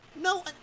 No